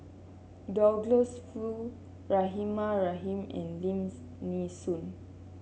Douglas Foo Rahimah Rahim and Lim Nee Soon